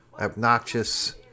obnoxious